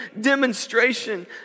demonstration